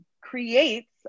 creates